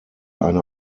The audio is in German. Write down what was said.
eine